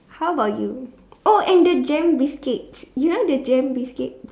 how about you oh and the gem biscuit you know the gem biscuit